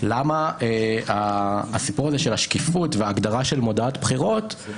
ככה הסעיפים אמורים להיות מנוסחים אז במובן הזה,